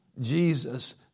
Jesus